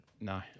No